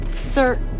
Sir